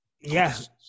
Yes